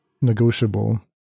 negotiable